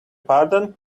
pardon